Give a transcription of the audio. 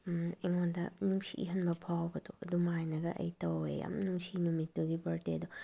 ꯑꯩꯉꯣꯟꯗ ꯅꯨꯡꯁꯤꯍꯟꯕ ꯐꯥꯎꯕꯗꯣ ꯑꯗꯨꯃꯥꯏꯅꯒ ꯑꯩ ꯇꯧꯋꯦ ꯌꯥꯝ ꯅꯨꯡꯁꯤ ꯅꯨꯃꯤꯠꯇꯨꯒꯤ ꯕꯥꯔꯗꯦꯗꯣ